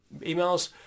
emails